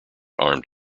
armed